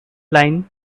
line